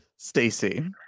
stacy